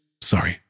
Sorry